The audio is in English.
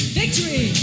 victory